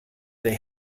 they